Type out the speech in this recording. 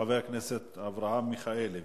חבר הכנסת אברהם מיכאלי,